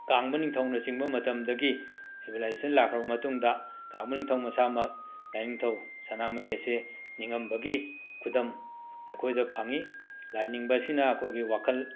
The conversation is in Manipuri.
ꯀꯥꯡꯕ ꯅꯤꯡꯊꯧꯅ ꯆꯤꯡꯕ ꯃꯇꯝꯗꯒꯤ ꯁꯤꯕꯤꯂꯥꯏꯖꯦꯁꯟ ꯂꯥꯛꯈ꯭ꯔꯕ ꯃꯇꯨꯡꯗ ꯀꯥꯡꯕ ꯅꯤꯡꯊꯧ ꯃꯁꯥꯃꯛ ꯂꯥꯏꯅꯤꯡꯊꯧ ꯁꯅꯥꯃꯍꯤ ꯑꯁꯦ ꯅꯤꯡꯉꯝꯕꯒꯤ ꯈꯨꯗꯝ ꯑꯩꯈꯣꯏꯗ ꯐꯪꯉꯤ ꯂꯥꯏꯅꯤꯡꯕꯁꯤꯅ ꯑꯩꯈꯣꯏꯒꯤ ꯋꯥꯈꯜ